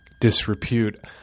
disrepute